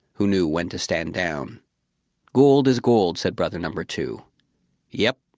who knew when to stand down gold is gold, said brother number two yep,